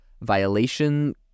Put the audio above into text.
violation